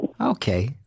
Okay